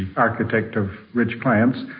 architect of rich clients.